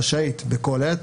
רשאית, בכל עת,